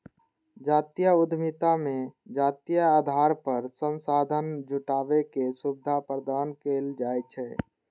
जातीय उद्यमिता मे जातीय आधार पर संसाधन जुटाबै के सुविधा प्रदान कैल जाइ छै